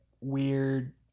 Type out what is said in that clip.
weird